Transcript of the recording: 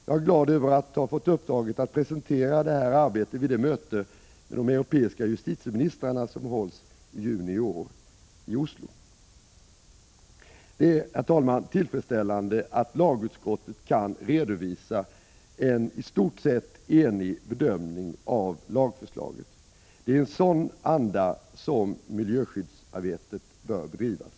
Jag är glad över att ha fått uppdraget att presentera detta arbete vid det möte med de europeiska justitieministrarna som hålls i juni i år i Oslo. Det är, herr talman, tillfredsställande att lagutskottet kan redovisa en i stort sett enig bedömning av lagförslaget. Det är i en sådan anda som miljöskyddsarbetet bör bedrivas.